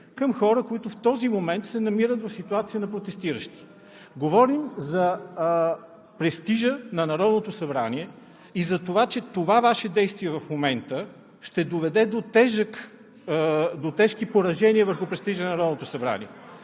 към хора, които в този момент се намират в ситуация на протестиращи. Говорим за престижа на Народното събрание и за това, че Вашето действие в момента ще доведе до тежки поражения върху престижа на Народното събрание.